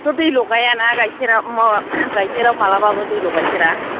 थ' दै लगायाना गाइखेरा मा गाइखेराव मालाबाबो दै लगायफेरा